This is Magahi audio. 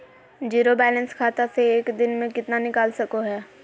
जीरो बायलैंस खाता से एक दिन में कितना निकाल सको है?